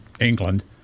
England